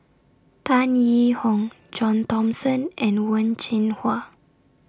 Tan Yee Hong John Thomson and Wen Jinhua